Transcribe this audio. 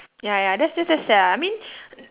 ya ya that's that's that's sad lah I mean